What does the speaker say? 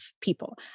people